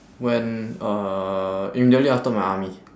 when uh immediately after my army